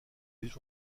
les